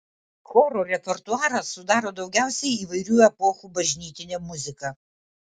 choro repertuarą sudaro daugiausiai įvairių epochų bažnytinė muzika